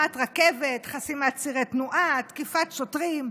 חסימת רכבת, חסימת צירי תנועה, תקיפת שוטרים,